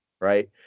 Right